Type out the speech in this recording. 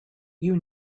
you